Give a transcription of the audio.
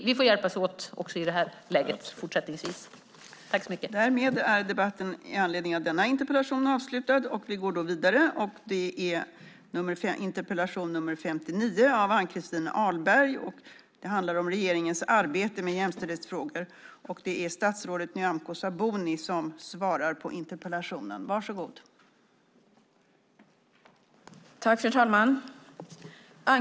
Vi får således också fortsättningsvis hjälpas åt.